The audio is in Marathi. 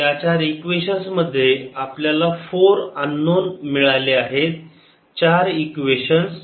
आता या चार इक्वेशन्स मध्ये आपल्याला 4 अननोन मिळाले आहेत चार इक्वेशन्स